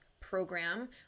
program